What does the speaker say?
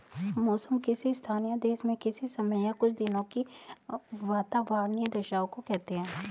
मौसम किसी स्थान या देश में किसी समय या कुछ दिनों की वातावार्नीय दशाओं को कहते हैं